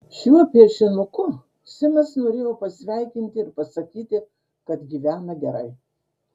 šiuo piešinuku simas norėjo pasisveikinti ir pasakyti kad gyvena gerai